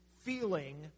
feeling